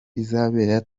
izabera